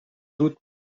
doute